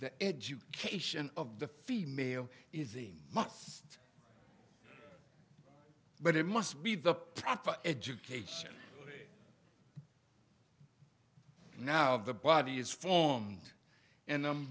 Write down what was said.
the education of the female is a must but it must be the proper education now of the body is formed an um